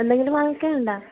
എന്തെങ്കിലും വാങ്ങിക്കാനുണ്ടോ